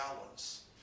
gallons